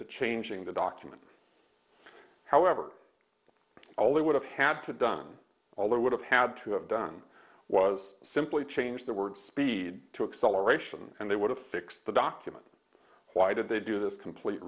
to changing the document however only would have had to done all there would have had to have done was simply change the word speed to excel or ration and they would have fixed the document why did they do this complete